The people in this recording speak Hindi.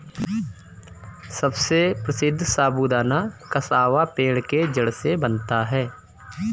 सबसे प्रसिद्ध साबूदाना कसावा पेड़ के जड़ से बनता है